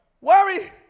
Worry